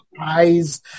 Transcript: eyes